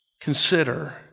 consider